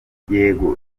yego